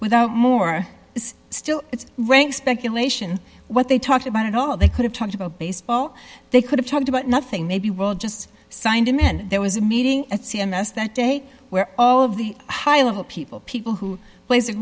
without more still it's rank speculation what they talked about at all they could have talked about baseball they could have talked about nothing maybe well just signed him and there was a meeting at c m s that day where all of the high level people people who plays it